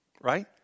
right